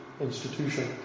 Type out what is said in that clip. institution